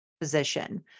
position